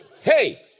Hey